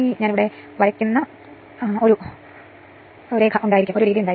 4 ampere വളരെ ഉയർന്നതാണ് എന്നതാണ് കാര്യം